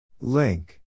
Link